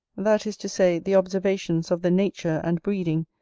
that is to say, the observations of the nature and breeding,